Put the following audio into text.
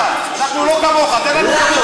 אנחנו לא כמוך, תן לנו כבוד.